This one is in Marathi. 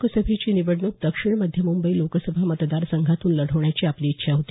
लोकसभेची निवडणूक दक्षिण मध्य मुंबई लोकसभा मतदार संघातून लढवण्याची आपली इच्छा होती